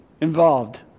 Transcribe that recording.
involved